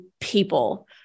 people